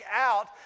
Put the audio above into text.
out